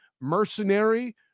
mercenary